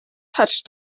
touched